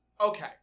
okay